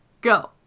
Go